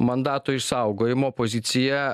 mandato išsaugojimo opozicija